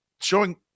showing